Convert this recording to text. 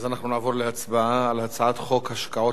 אז אנחנו נעבור להצבעה על הצעת חוק השקעות